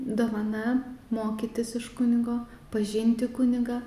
dovana mokytis iš kunigo pažinti kunigą